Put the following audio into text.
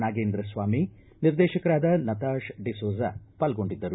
ನಾಗೇಂದ್ರ ಸ್ವಾಮಿ ನಿರ್ದೇಶಕರಾದ ನತಾಶ ಡಿಸೋಜ ಪಾಲ್ಗೊಂಡಿದ್ದರು